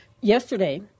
Yesterday